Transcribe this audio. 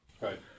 Right